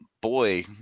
Boy